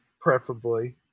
preferably